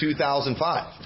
2005